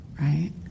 right